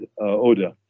odor